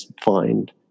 find